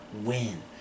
win